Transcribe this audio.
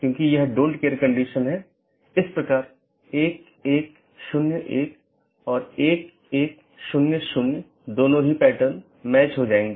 वर्तमान में BGP का लोकप्रिय संस्करण BGP4 है जो कि एक IETF मानक प्रोटोकॉल है